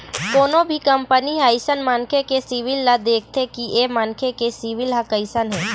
कोनो भी कंपनी ह अइसन मनखे के सिविल ल देखथे कि ऐ मनखे के सिविल ह कइसन हे